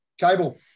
Cable